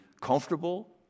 comfortable